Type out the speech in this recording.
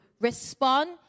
respond